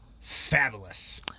Fabulous